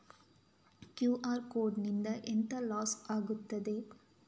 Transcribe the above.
QR code ನಿಂದ ಎಂತ loss ಆಗ್ತದೆ?